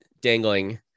dangling